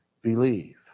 Believe